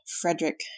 Frederick